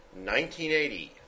1980